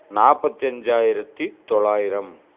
நாற்பத்தி அஞ்சாயிரத்து தொள்ளாயிரம்